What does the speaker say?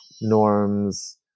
norms